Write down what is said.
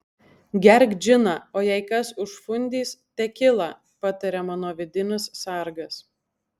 gerk džiną o jei kas užfundys tekilą pataria mano vidinis sargas